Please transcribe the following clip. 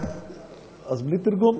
אז בלי תרגום?